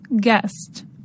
Guest